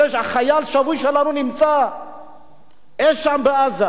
כשחייל שבוי שלנו נמצא אי-שם בעזה,